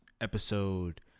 episode